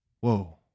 Whoa